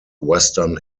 western